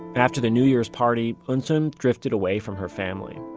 after the new year's party, eunsoon drifted away from her family.